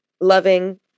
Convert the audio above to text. loving